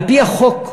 על-פי החוק,